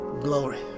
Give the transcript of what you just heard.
Glory